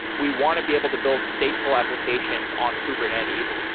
we want to be able to build stateful applications on kubernetes,